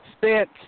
spent